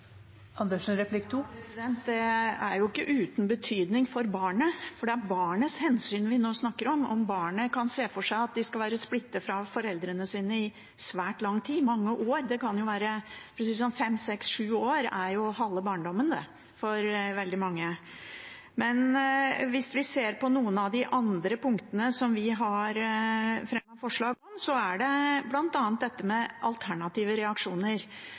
Det er ikke uten betydning for barnet, for det er hensynet til barnet vi nå snakker om, om barnet kan se for seg at de skal være splittet fra foreldrene sine i svært lang tid, mange år. Fem–sju år er jo halve barndommen for veldig mange. Men hvis vi ser på noen av de andre punktene som vi har fremmet forslag om, bl.a. dette med alternative reaksjoner, som statsråden nå sier er på høring og skal komme snart, er jo spørsmålet om regjeringen nå ser at det